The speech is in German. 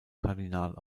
kardinal